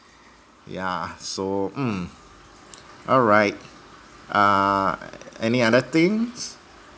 yeah so mm alright uh any other things